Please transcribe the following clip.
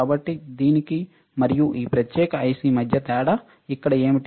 కాబట్టి దీనికి మరియు ఈ ప్రత్యేక ఐసి మధ్య తేడా ఇక్కడ ఏమిటి